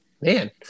man